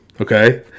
Okay